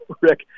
Rick